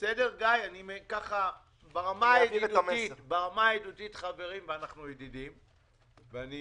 אתה יכול להגיד שחלה עליך